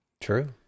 true